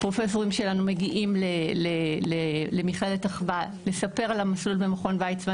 הפרופסורים שלנו מגיעים למכללת אחווה לספר על המסלול במכון ויצמן,